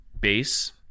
base